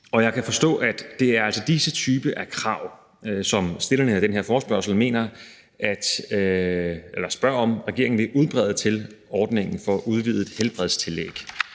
Jeg kan forstå, at det er denne type krav, som stillerne af den her forespørgsel spørger regeringen om, altså om den ikke vil udbrede til ordningen for udvidet helbredstillæg.